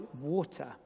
water